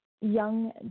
Young